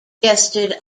guested